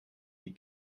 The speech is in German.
die